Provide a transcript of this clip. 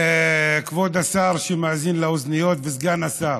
כבוד השר, שמאזין לאוזניות, וסגן השר,